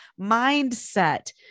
mindset